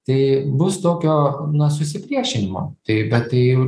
tai bus tokio na susipriešinimo tai bet tai